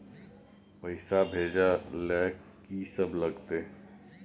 पैसा भेजै ल की सब लगतै?